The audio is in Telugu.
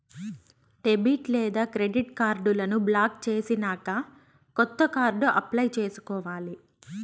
డెబిట్ లేదా క్రెడిట్ కార్డులను బ్లాక్ చేసినాక కొత్త కార్డు అప్లై చేసుకోవాలి